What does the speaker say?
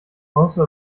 also